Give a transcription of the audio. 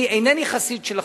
אני אינני חסיד של החוק,